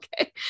okay